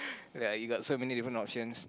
ya you got so many different options